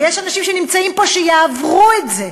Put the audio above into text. ויש אנשים שנמצאים פה שיעברו את זה,